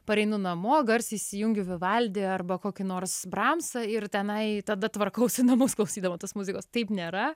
pareinu namo garsiai įsijungiu vivaldį arba kokį nors bramsą ir tenai tada tvarkausi namus klausydama tos muzikos taip nėra